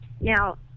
Now